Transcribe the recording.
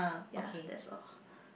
ya that's all